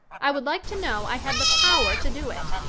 i would like to know i had the power to do it.